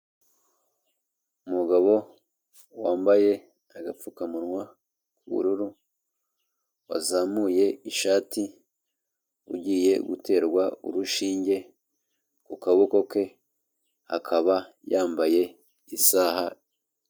Umugabo wambaye agapfukamunwa k'ubururu, wazamuye ishati, ugiye guterwa urushinge ku kaboko ke, akaba yambaye isaha.